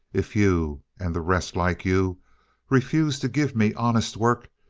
if you and the rest like you refuse to give me honest work,